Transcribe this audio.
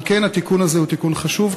על כן, התיקון הזה הוא תיקון חשוב.